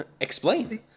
Explain